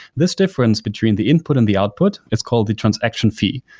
this difference between the input and the output is called the transaction fee,